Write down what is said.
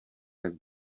jak